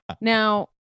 Now